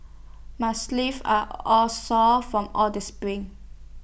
my are all sore from all the sprints